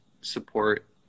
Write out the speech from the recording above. support